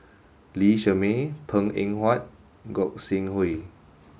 Lee Shermay Png Eng Huat and Gog Sing Hooi